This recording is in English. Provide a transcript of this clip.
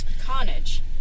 carnage